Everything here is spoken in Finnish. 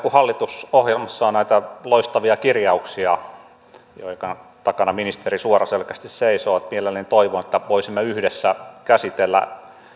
kun hallitusohjelmassa on näitä loistavia kirjauksia joiden takana ministeri suoraselkäisesti seisoo niin mielelläni toivon että voisimme käsitellä